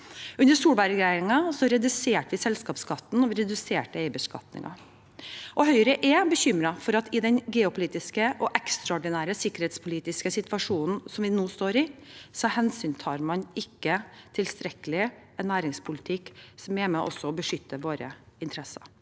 Under Solberg-regjeringen reduserte vi selskapsskatten, og vi reduserte eierbeskatningen. Høyre er bekymret for at man i den geopolitiske og ekstraordinære sikkerhetspolitiske situasjonen vi nå står i, ikke tilstrekkelig hensyntar en næringspolitikk som også er med på å beskytte våre interesser.